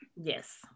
Yes